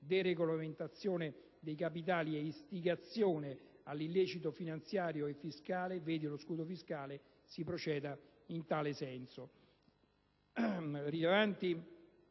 deregolamentazione dei capitali e di istigazione all'illecito finanziario e fiscale (vedi lo scudo fiscale) si proceda in tale senso.